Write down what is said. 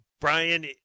Brian